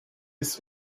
ist